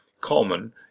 common